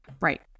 Right